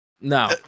No